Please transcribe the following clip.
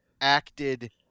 acted